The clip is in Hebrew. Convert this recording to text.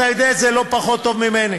אתה יודע את זה לא פחות טוב ממני.